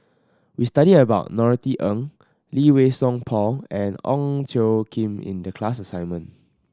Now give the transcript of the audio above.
we studied about Norothy Ng Lee Wei Song Paul and Ong Tjoe Kim in the class assignment